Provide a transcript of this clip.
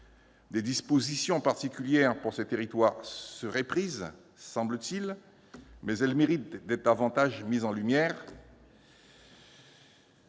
des dispositions particulières pour ces territoires soient prises, mais elles mériteraient d'être davantage mises en lumière.